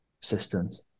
systems